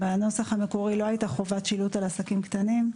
בנוסח המקורי לא היתה חובת שילוט על עסקים קטנים.